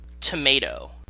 Tomato